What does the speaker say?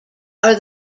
are